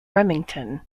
remington